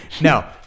no